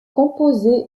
composé